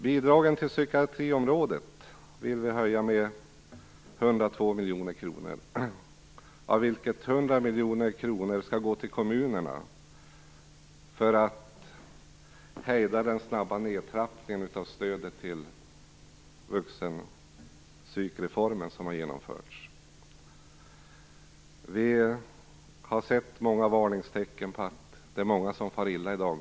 Bidragen till psykiatriområdet vill vi höja med 102 miljoner kronor, varav 100 miljoner kronor skall gå till kommunerna i syfte att hejda den snabba nedtrappningen av stödet till den vuxenpsykreform som har genomförts. Vi har sett många varningstecken. Det är ju många som i dag far illa.